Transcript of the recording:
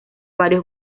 varios